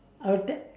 I'll take